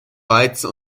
reize